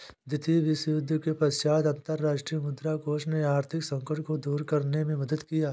द्वितीय विश्वयुद्ध के पश्चात अंतर्राष्ट्रीय मुद्रा कोष ने आर्थिक संकटों को दूर करने में मदद किया